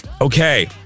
Okay